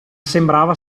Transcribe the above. sembrava